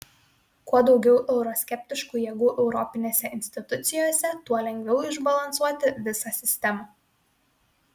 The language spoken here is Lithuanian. kuo daugiau euroskeptiškų jėgų europinėse institucijose tuo lengviau išbalansuoti visą sistemą